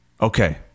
Okay